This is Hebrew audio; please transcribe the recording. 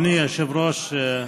אדוני היושב-ראש,